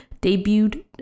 debuted